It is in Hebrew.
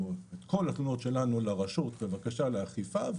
או את כל התלונות שלנו לרשות בבקשה לאכיפה.